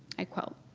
i quote,